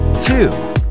two